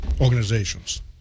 organizations